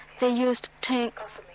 they used tanks,